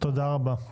תודה רבה.